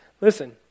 Listen